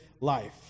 life